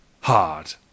hard